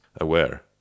aware